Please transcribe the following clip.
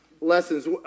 lessons